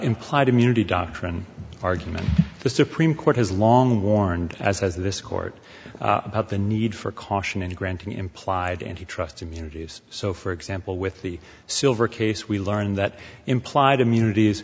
implied immunity doctrine argument the supreme court has long warned as has this court about the need for caution and granting implied and he trusts immunities so for example with the silver case we learned that implied immunit